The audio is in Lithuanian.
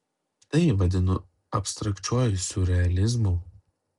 tai vadinu abstrakčiuoju siurrealizmu